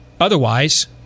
Otherwise